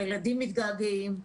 הילדים מתגעגעים,